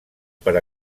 per